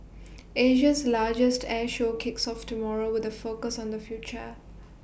Asia's largest air show kicks off tomorrow with A focus on the future